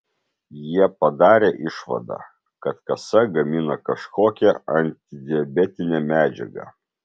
jie padarė išvadą kad kasa gamina kažkokią antidiabetinę medžiagą